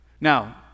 now